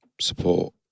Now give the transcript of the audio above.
support